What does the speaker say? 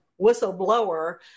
whistleblower